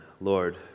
Lord